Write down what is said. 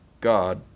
God